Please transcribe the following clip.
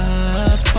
up